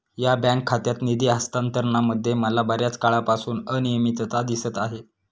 या बँक खात्यात निधी हस्तांतरणामध्ये मला बर्याच काळापासून अनियमितता दिसत आहे